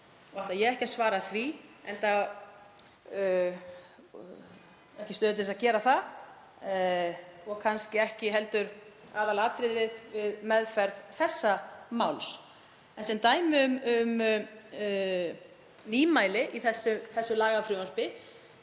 Ætla ég ekki að svara því, enda ekki í stöðu til að gera það, og er kannski ekki heldur aðalatriðið við meðferð þessa máls. Sem dæmi um nýmæli í þessu lagafrumvarpi